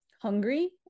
hungry